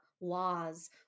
laws